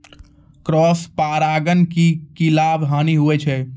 Cross परागण के की लाभ, हानि होय छै?